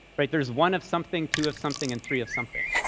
right? there's one of something, two of something, and three of something.